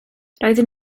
roeddwn